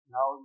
Now